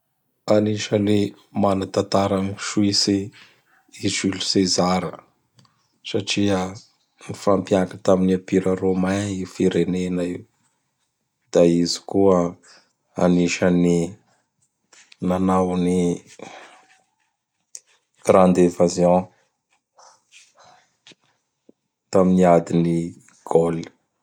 Anisan'ny mana tatara am Suisy i Jule Sezara satria nifampiaky tam Empira Romain i Firenena io. Da izy koa anisan'ny nanao ny Grande Evasion tamin'ny adin'ny Gaule.